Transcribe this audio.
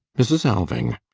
mrs. alving,